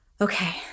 okay